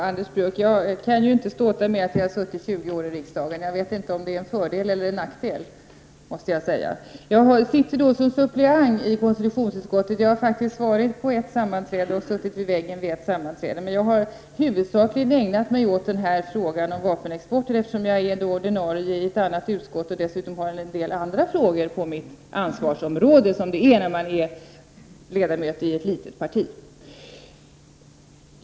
Fru talman! Jag kan inte ståta med att jag har suttit 20 år i riksdagen, Anders Björck. Jag vet inte om det är en fördel eller en nackdel. Jag är suppleant i konstitutionsutskottet, och jag har faktiskt suttit vid väggen vid ett sammanträde. Men jag har huvudsakligen ägnat mig åt frågan om vapenexporten, eftersom jag är ordinarie i ett annat utskott och dessutom har en del andra frågor på mitt ansvarsområde — som det är när man är ledamot i ett litet parti.